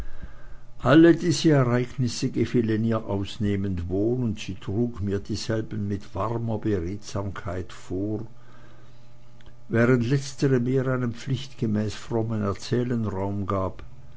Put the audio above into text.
alle diese ereignisse gefielen ihr ausnehmend wohl und sie trug mir dieselben mit warmer beredsamkeit vor während letztere mehr einem pflichtgemäß frommen erzählen raum gab